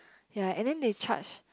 ya and then they charge